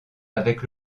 avec